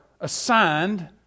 assigned